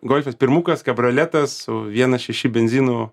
golfas pirmukas kabrioletas su vienas šeši benzinu